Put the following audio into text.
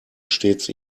stets